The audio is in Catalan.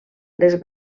les